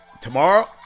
Tomorrow